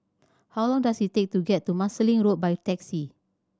how long does it take to get to Marsiling Road by taxi